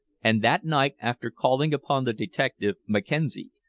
and that night, after calling upon the detective mackenzie,